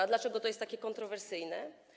A dlaczego to jest takie kontrowersyjne?